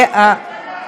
כלכלה.